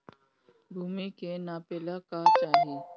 भूमि के नापेला का चाही?